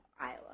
Iowa